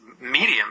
medium